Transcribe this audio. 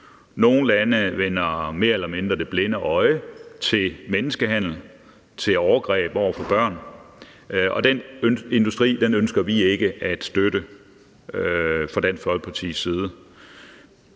nogle lande vender mere eller mindre det blinde øje til menneskehandel, til overgreb over for børn, og den industri ønsker vi ikke at støtte fra Dansk Folkepartis side.